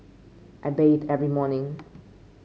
I bathe every morning